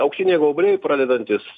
auksiniai gaubliai pradedantys